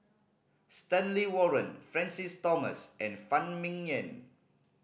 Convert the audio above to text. Stanley Warren Francis Thomas and Phan Ming Yen